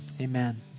Amen